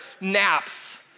naps